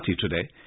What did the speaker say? today